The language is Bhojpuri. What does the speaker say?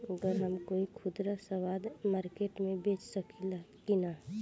गर हम कोई खुदरा सवदा मारकेट मे बेच सखेला कि न?